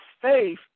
faith